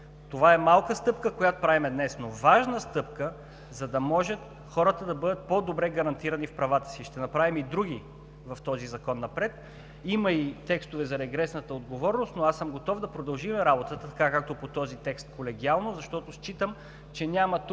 Това, което правим днес, е малка, но важна стъпка, за да може хората да бъдат по-добре гарантирани в правата си. Ще направим и други в този закон напред. Има и текстове за регресната отговорност, но аз съм готов да продължим работата колегиално, както по този текст, защото считам, че тук